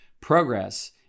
Progress